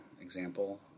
example